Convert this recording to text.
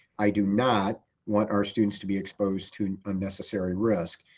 i do not want our students to be exposed to unnecessary risk.